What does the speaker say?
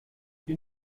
you